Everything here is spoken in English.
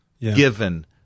given